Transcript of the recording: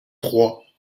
trois